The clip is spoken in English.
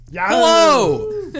Hello